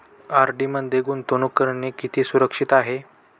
RD मध्ये गुंतवणूक करणे किती सुरक्षित आहे?